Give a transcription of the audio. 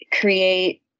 create